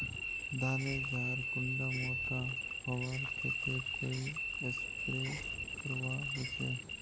धानेर झार कुंडा मोटा होबार केते कोई स्प्रे करवा होचए?